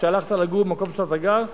כשהלכת לגור במקום שאתה גר בו,